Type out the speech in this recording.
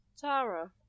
Tara